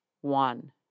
one